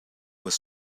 was